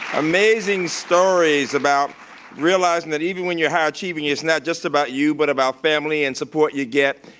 amazing stories about realizing that even when you're high achieving, is not just about you but about family and support you get,